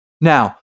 Now